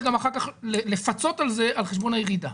גם אחר כך לפצות על זה על חשבון הירידה.